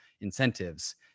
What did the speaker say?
incentives